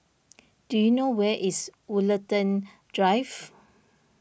do you know where is Woollerton Drive